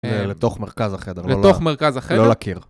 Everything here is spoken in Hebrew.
לתוך מרכז החדר, לתוך מרכז החדר, לא לקיר.